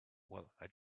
well—i